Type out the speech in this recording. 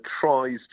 tries